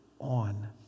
on